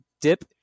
Dip